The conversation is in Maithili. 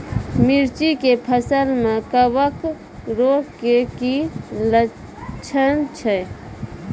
मिर्ची के फसल मे कवक रोग के की लक्छण छै?